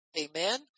Amen